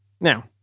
Now